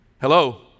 Hello